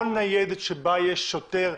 כל ניידת שבה יש שוטר,